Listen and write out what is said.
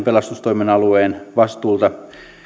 pelastustoimen alueen vastuulta